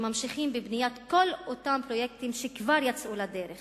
אם ממשיכים בבניית כל אותם פרויקטים שכבר יצאו לדרך